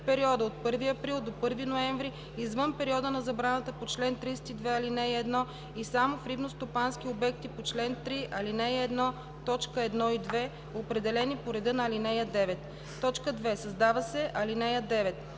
периода от 1 април до 1 ноември, извън периода на забраната по чл. 32, ал. 1 и само в рибностопански обекти по чл. 3, ал. 1, т. 1 и 2, определени по реда на ал. 9.“ 2. Създава се ал. 9: